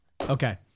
Okay